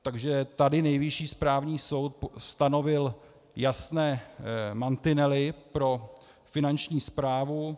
Takže tady Nejvyšší správní soud stanovil jasné mantinely pro Finanční správu.